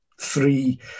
three